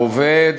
העובד,